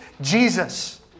Jesus